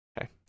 Okay